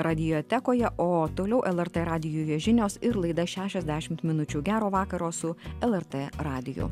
radiotekoje o toliau lrt radijuje žinios ir laida šešiasdešimt minučių gero vakaro su lrt radiju